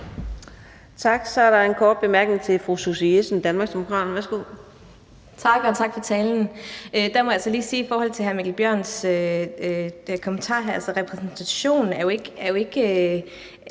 Tak. Så er der en kort bemærkning til fru Susie Jessen, Danmarksdemokraterne. Værsgo. Kl. 17:21 Susie Jessen (DD): Tak, og tak for talen. Der må jeg altså lige i forhold til hr. Mikkel Bjørns kommentar sige, at repræsentation jo ikke